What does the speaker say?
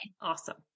Awesome